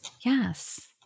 Yes